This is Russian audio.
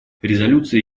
резолюции